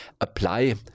apply